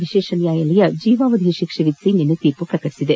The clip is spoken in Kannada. ವಿಶೇಷ ನ್ಯಾಯಾಲಯ ಜೀವಾವಧಿ ಶಿಕ್ಷೆ ವಿಧಿಸಿ ನಿನ್ನೆ ತೀರ್ಪು ನೀಡಿದೆ